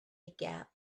gap